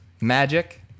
Magic